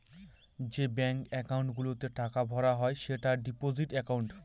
যে bank account গুলোতে টাকা ভরা হয় সেটা ডিপোজিট একাউন্ট